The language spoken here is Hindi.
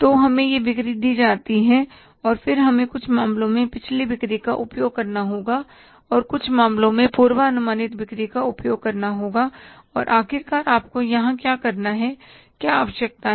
तो हमें ये बिक्री दी जाती है और फिर हमें कुछ मामलों में पिछली बिक्री का उपयोग करना होगा और कुछ मामलों में पूर्वानुमानित बिक्री का उपयोग करना होगा और आखिरकार आपको यहां क्या करना है क्या आवश्यकता है